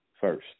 first